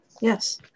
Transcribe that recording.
yes